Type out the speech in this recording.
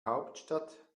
hauptstadt